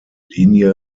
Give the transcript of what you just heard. linie